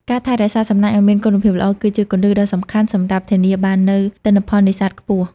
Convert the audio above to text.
ការថែរក្សាសំណាញ់ឲ្យមានគុណភាពល្អ គឺជាគន្លឹះដ៏សំខាន់សម្រាប់ធានាបាននូវទិន្នផលនេសាទខ្ពស់។